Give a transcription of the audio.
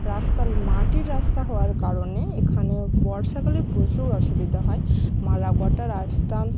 রাস্তা মাটির রাস্তা হওয়ার কারণে এখানে বর্ষাকালে প্রচুর অসুবিধা হয় রাস্তা